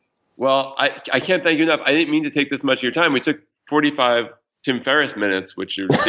well, i can't thank you enough. i didn't mean to take this much of your time. we took forty five tim ferriss minutes which your